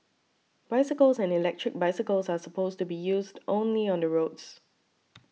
bicycles and electric bicycles are supposed to be used only on the roads